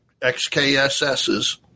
XKSS's